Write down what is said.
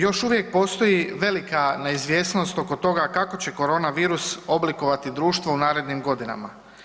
Još uvijek postoji velika neizvjesnost oko toga kako će koronavirus oblikovati društvo u narednim godinama.